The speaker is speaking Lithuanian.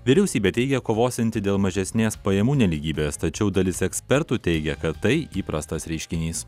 vyriausybė teigia kovosianti dėl mažesnės pajamų nelygybės tačiau dalis ekspertų teigia kad tai įprastas reiškinys